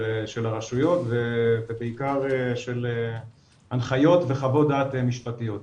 של הרשויות ובעיקר של הנחיות וחוות דעת משפטיות.